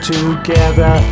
Together